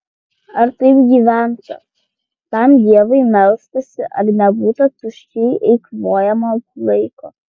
ar taip gyventa tam dievui melstasi ar nebūta tuščiai eikvojamo laiko